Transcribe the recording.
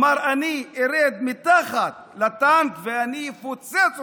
ואמר: אני ארד מתחת לטנק ואני אפוצץ אותו.